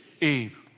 Eve